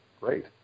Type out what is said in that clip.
great